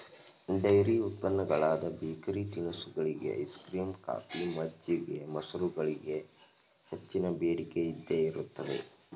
dairy ಉತ್ಪನ್ನಗಳಾದ bakery ತಿನಿಸುಗಳಿಗೆ, ice cream, coffee, ಮಜ್ಜಿಗೆ, ಮೊಸರುಗಳಿಗೆ ಹೆಚ್ಚಿನ ಬೇಡಿಕೆ ಇದ್ದೇ ಇರುತ್ತದೆ